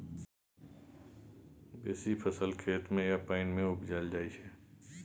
बेसी फसल खेत मे या पानि मे उपजाएल जाइ छै